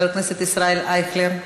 חבר הכנסת ישראל אייכלר,